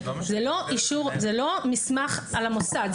זה לא מסמך על המוסד.